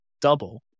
double